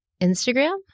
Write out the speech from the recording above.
Instagram